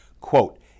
Quote